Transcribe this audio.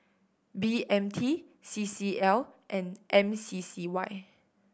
B M T C C L and M C C Y